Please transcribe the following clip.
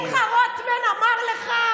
כי שמחה רוטמן אמר לך?